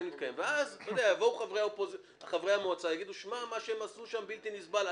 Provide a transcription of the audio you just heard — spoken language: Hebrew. ואז יבואו חברי המועצה ויגידו מה שהם עשו שם זה בלתי נסבל,